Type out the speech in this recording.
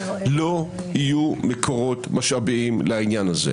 לא יהיו מקורות משאביים לעניין הזה.